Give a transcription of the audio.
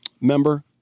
member